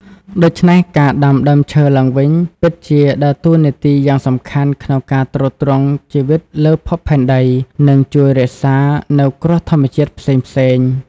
ដូច្នេះការដាំដើមឈើឡើងវិញពិតជាដើរតួនាទីយ៉ាងសំខាន់ក្នុងការទ្រទ្រង់ជីវិតលើភពផែនដីនិងជួយរក្សានៅគ្រោះធម្មជាតិផ្សេងៗ។